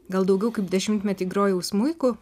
gal daugiau kaip dešimtmetį grojau smuiku